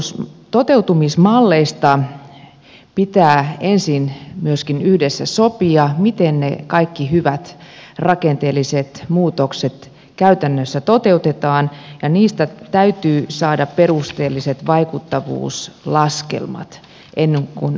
mutta toteutusmalleista pitää ensin myöskin yhdessä sopia miten ne kaikki hyvät rakenteelliset muutokset käytännössä toteutetaan ja niistä täytyy saada perusteelliset vaikuttavuuslaskelmat ennen kuin ryhdytään toimiin